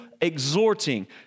exhorting